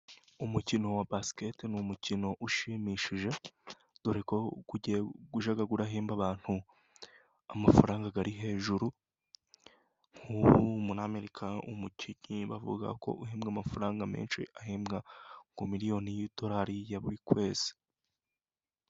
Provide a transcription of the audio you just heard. Umukino wa basikete ni umukino ushimishije dore ko ujya uhemba abantu amafaranga ari hejuru nk'ubu muri amerika umukinnyi bavuga ko ahembwa amafaranga menshi ahembwa miliyoni y'idorari ya buri kwezi.